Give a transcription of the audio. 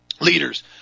Leaders